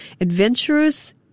adventurous